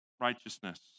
righteousness